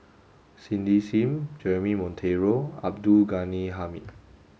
Cindy Sim Jeremy Monteiro Abdul Ghani Hamid